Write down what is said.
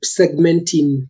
segmenting